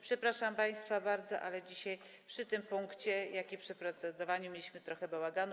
Przepraszam państwa bardzo, ale dzisiaj przy tym punkcie i przy procedowaniu mieliśmy trochę bałaganu.